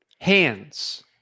Hands